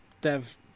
dev